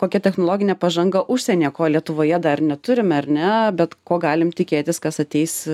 kokia technologinė pažanga užsienyje ko lietuvoje dar neturime ar ne bet ko galim tikėtis kas ateis